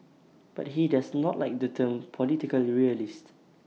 but he does not like the term political realist